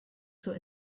zur